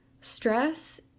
Stress